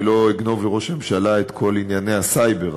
אני לא אגנוב לראש הממשלה את כל ענייני הסייבר,